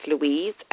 Louise